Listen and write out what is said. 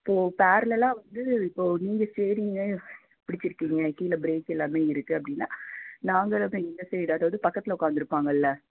இப்போது பேரலலாக வந்து இப்போது நீங்கள் ஸ்டேயரிங்க பிடித்திருக்கீங்க கீழே ப்ரேக் எல்லாமே இருக்குது அப்படின்னா நாங்கள் அது இந்த சைடு அதாவது பக்கத்தில் உக்கார்ந்திருப்பாங்கல்ல